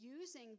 using